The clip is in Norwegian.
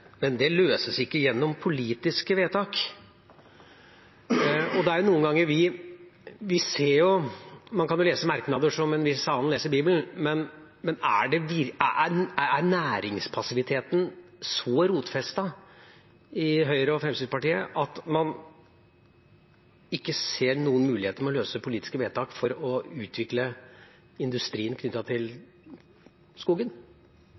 Men det «løses ikke gjennom politiske vedtak». Det er noen ganger vi ser at man kan lese merknader som en viss annen leser Bibelen, men er næringspassiviteten så rotfestet i Høyre og Fremskrittspartiet at man ikke ser noen muligheter for å bruke politiske vedtak for å utvikle industrien knyttet til skogen?